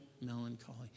melancholy